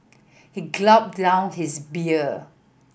he glop down his beer